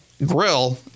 grill